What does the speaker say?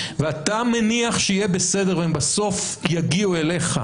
ואתה מניח שיהיה בסדר והם בסוף יגיעו אליך,